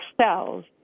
cells